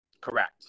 Correct